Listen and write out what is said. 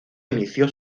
inició